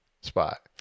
spot